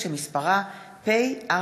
(תיקון, הטלת